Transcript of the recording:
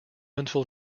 until